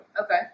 Okay